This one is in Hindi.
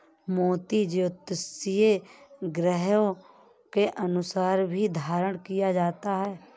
मोती ज्योतिषीय ग्रहों के अनुसार भी धारण किया जाता है